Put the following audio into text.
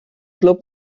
glwb